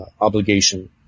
obligation